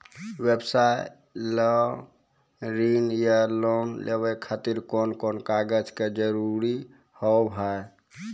व्यवसाय ला ऋण या लोन लेवे खातिर कौन कौन कागज के जरूरत हाव हाय?